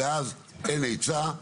ואז אין היצע,